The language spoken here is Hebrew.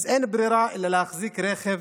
אז אין ברירה אלא להחזיק רכב,